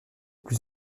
plus